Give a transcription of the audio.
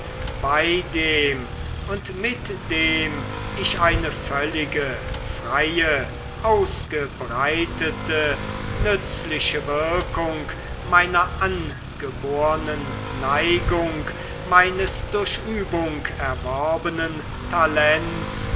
bei dem und mit dem ich eine völlige freie ausgebreitete nützliche wirkung meiner angeborenen neigung meines durch übung erworbenen talents